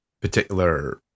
particular